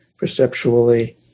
perceptually